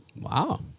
Wow